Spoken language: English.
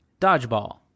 Dodgeball